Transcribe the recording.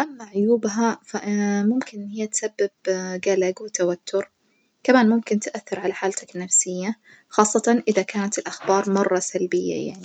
أما عيوبها فممكن إن هي تسبب جلج وتوتر كمان ممكن تأثر على حالتك النفسية خاصةً إذا كانت الأخبار مرة سلبية يعني.